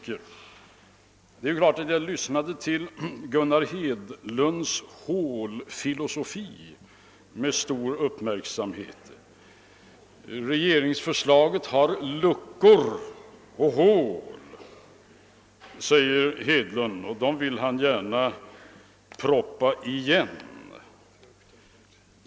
Jag lyssnade naturligtvis med stor uppmärksamhet till Gunnar Hedlunds »hålfilosofi«. Herr Hedlund sade att regeringsförslaget har luckor och hål, som han gärna vill proppa igen.